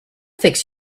fix